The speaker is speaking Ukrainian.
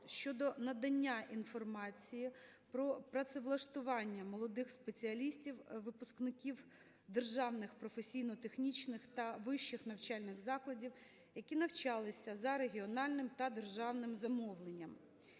щодо надання інформації про працевлаштування молодих спеціалістів – випускників державних професійно-технічних та вищих навчальних закладів, які навчалися за регіональним та державним замовленням.